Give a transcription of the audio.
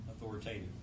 authoritative